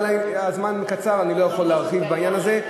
אבל הזמן קצר, אני לא יכול להרחיב בעניין הזה.